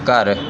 ਘਰ